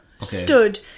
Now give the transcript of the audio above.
stood